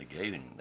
negating